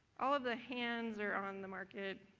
all of the hands are on the market.